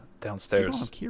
downstairs